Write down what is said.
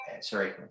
Sorry